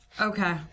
Okay